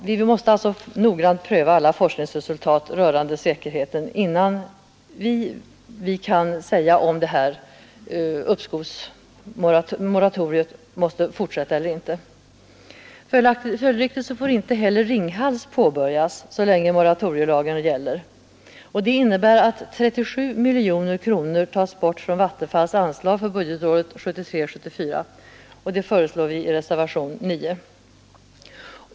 Vi måste alltså noggrant pröva alla forskningsresultat rörande säkerheten innan vi kan säga om det här moratoriet måste förlängas eller inte. Följdriktigt får inte heller Ringhals 4 påbörjas så länge moratorielagen gäller. Detta innebär att 37 miljoner kronor tas bort från Vattenfalls anslag under budgetåret 1973/74. Det föreslår vi i reservationen 9.